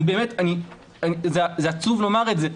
באמת עצוב לומר את זה,